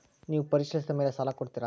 ನೇವು ಪರಿಶೇಲಿಸಿದ ಮೇಲೆ ಸಾಲ ಕೊಡ್ತೇರಾ?